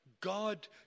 God